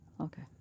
Okay